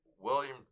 William